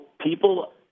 people